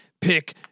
Pick